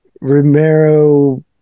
Romero